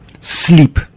Sleep